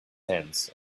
hands